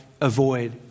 avoid